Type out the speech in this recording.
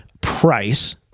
price